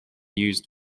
used